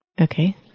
Okay